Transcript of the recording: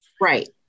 Right